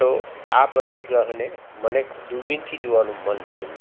તો આ બંને ગ્રહને મને દૂરબીનથી જોવાનું મન થયું